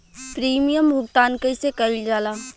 Premium भुगतान कइसे कइल जाला?